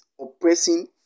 oppressing